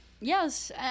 Yes